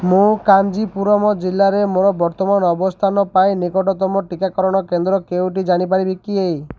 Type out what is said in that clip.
ମୁଁ କାଞ୍ଚିପୁରମ୍ ଜିଲ୍ଲାରେ ମୋର ବର୍ତ୍ତମାନର ଅବସ୍ଥାନ ପାଇଁ ନିକଟତମ ଟିକାକରଣ କେନ୍ଦ୍ର କେଉଁଟି ଜାଣିପାରିବି କି